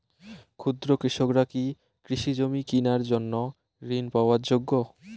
ক্ষুদ্র কৃষকরা কি কৃষিজমি কিনার জন্য ঋণ পাওয়ার যোগ্য?